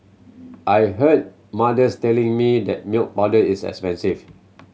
I hear mothers telling me that milk powder is expensive